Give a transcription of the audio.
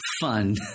fun